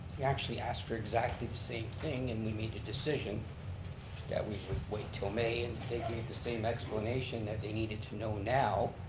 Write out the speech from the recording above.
he actually asked for exactly the same thing and we made a decision that we would wait til may and they gave the same explanation that they needed to know now,